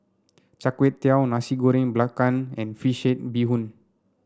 Char Kway Teow Nasi Goreng Belacan and fish head Bee Hoon